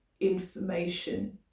information